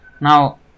now